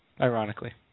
ironically